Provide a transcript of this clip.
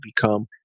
become